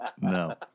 No